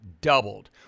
doubled